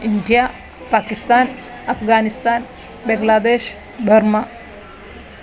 India Pakistan Afghanistan Bangladesh Burma